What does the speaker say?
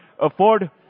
afford